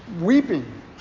weeping